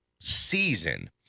season